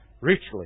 richly